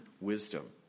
wisdom